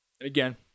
Again